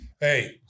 Hey